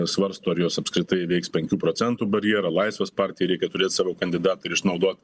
svarsto ar jos apskritai įveiks penkių procentų barjerą laisvės partijai reikia turėt savo kandidatą ir išnaudot